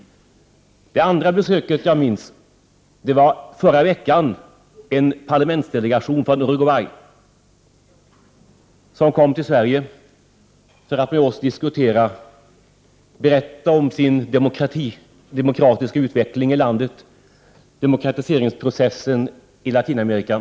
Det andra besöket jag minns var förra veckan. En parlamentsdelegation från Uruguay kom till Sverige för att berätta om den demokratiska utvecklingen i landet och om demokratiseringsprocessen i Latinamerika.